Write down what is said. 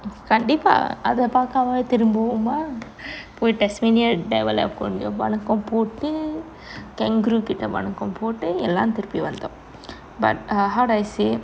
கண்டிப்பா அதே பாகமே திரும்புவோமா போய்:kandippa athe paakame thirumbuvoma poi tasmania devil eh கொஞ்சம் வணக்கம் போட்டு:konjam vanakkam pottu kangaroo கிட்டே வணக்கம் போட்டு எல்லாம் திருப்பி வந்தோம்:kitte vanakkam pottu ellam thiruppi vanthom but how do I say